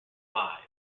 alive